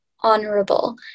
honorable